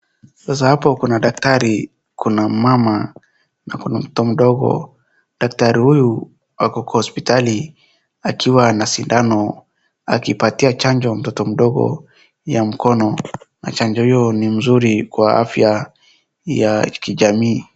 Sasa hapo kuna daktari, kuna mmama na kuna mtoto mdogo. Daktari huyu ako kwa hospitali akiwa na sindano akipatia chanjo mtoto mdogo ya mkono na chanjo hiyo ni mzuri kwa fya ya kijamii.